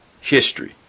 history